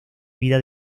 vida